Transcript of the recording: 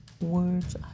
Words